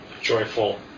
joyful